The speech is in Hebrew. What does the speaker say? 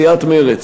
סיעת מרצ,